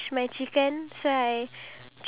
ya true